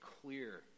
clear